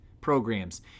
programs